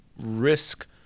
risk